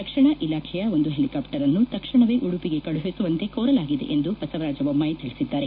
ರಕ್ಷಣಾ ಇಲಾಖೆಯ ಒಂದು ಹೆಲಿಕಾಪ್ಸರ್ನ್ನು ತಕ್ಷಣವೇ ಉಡುಪಿಗೆ ಕಳುಹಿಸುವಂತೆ ಕೋರಲಾಗಿದೆ ಎಂದು ಬಸವರಾಜ ಜೊಮ್ನಾಯಿ ತಿಳಿಸಿದ್ದಾರೆ